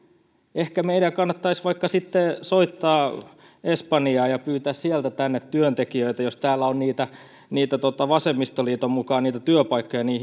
ehkä meidän kannattaisi vaikka sitten soittaa espanjaan ja pyytää sieltä tänne työntekijöitä jos täällä on vasemmistoliiton mukaan niitä työpaikkoja niin